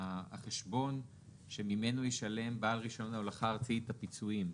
"החשבון שממנו ישלם בעל רישיון ההולכה הארצי את הפיצויים",